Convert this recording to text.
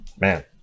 man